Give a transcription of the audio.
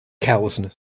callousness